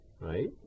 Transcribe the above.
Right